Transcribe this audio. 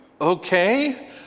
Okay